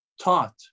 taught